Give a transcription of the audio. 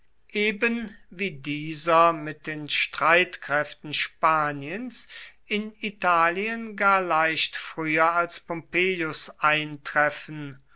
eben wie dieser mit den steilkräften spaniens in italien gar leicht früher als pompeius eintreffen